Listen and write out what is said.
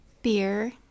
beer